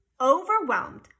overwhelmed